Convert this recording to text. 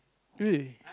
really